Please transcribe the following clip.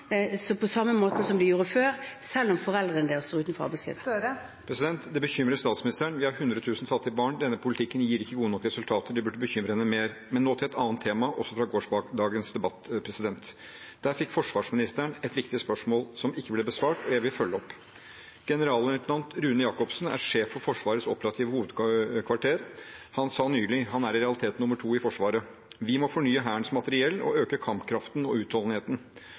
på samme måte som de gjorde før, selv om foreldrene deres står utenfor arbeidslivet. Det bekymrer statsministeren. Vi har 100 000 fattige barn. Denne politikken gir ikke gode nok resultater. Det burde bekymre henne mer, men nå til et annet tema, også fra gårsdagens debatt. Der fikk forsvarsministeren et viktig spørsmål som ikke ble besvart, og jeg vil følge opp. Generalløytnant Rune Jakobsen er sjef for Forsvarets operative hovedkvarter. Han er i realiteten nummer to i Forsvaret. Han sa nylig: «Vi må fornye Hærens materiell og øke kampkraften og